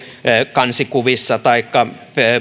kansikuvissa taikka